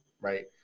right